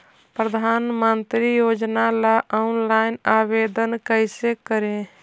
प्रधानमंत्री योजना ला ऑनलाइन आवेदन कैसे करे?